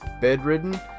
bedridden